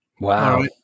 wow